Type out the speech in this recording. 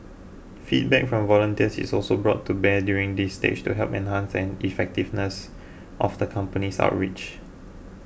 feedback from volunteers is also brought to bear during this stage to help enhance the effectiveness of the company's outreach